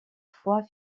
fois